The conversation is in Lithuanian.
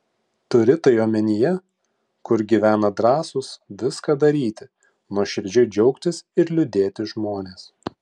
turi tai omenyje kur gyvena drąsūs viską daryti nuoširdžiai džiaugtis ir liūdėti žmonės